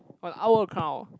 one hour crown